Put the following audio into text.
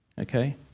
Okay